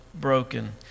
broken